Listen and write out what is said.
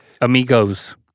Amigos